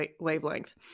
wavelength